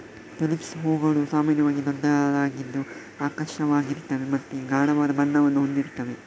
tulips ಹೂವುಗಳು ಸಾಮಾನ್ಯವಾಗಿ ದೊಡ್ಡದಾಗಿದ್ದು ಆಕರ್ಷಕವಾಗಿರ್ತವೆ ಮತ್ತೆ ಗಾಢವಾದ ಬಣ್ಣವನ್ನ ಹೊಂದಿರ್ತವೆ